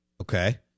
Okay